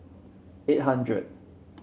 eight hundred